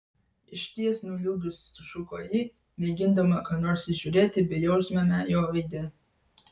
išties nuliūdusi sušuko ji mėgindama ką nors įžiūrėti bejausmiame jo veide